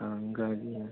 ಹಾಂ ಹಾಗಾಗಿ